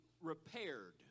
repaired